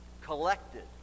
collected